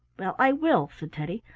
well, i will, said teddy.